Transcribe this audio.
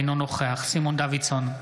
אינו נוכח סימון דוידסון,